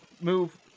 move